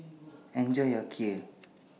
Enjoy your Kheer